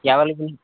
ఎవరికి